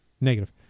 Negative